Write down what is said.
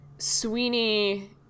Sweeney